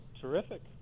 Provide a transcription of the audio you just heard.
terrific